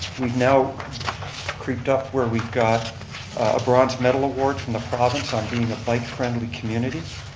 we've now creeped up where we've got a bronze medal award from the province on being a bike friendly community.